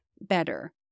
better